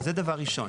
זה דבר ראשון.